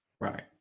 Right